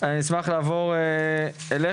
אני אשמח לעבור אליך,